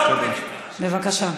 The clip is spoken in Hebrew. בבקשה,